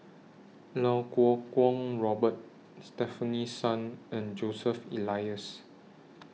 Iau Kuo Kwong Robert Stefanie Sun and Joseph Elias